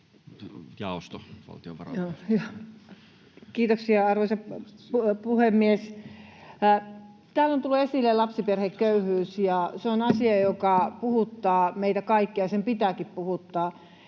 Kiitoksia, arvoisa puhemies! Täällä on tullut esille lapsiperheköyhyys. Se on asia, joka puhuttaa meitä kaikkia, ja sen pitääkin puhuttaa.